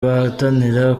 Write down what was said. bahatanira